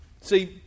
See